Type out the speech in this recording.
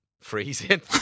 Freezing